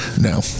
No